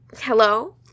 hello